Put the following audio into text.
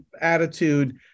attitude